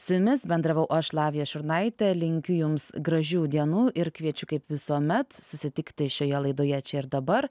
su jumis bendravau aš lavija šurnaitė linkiu jums gražių dienų ir kviečiu kaip visuomet susitikti šioje laidoje čia ir dabar